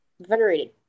venerated